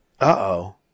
Uh-oh